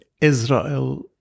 Israel